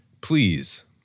please